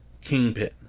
kingpin